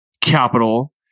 capital